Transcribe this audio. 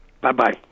Bye-bye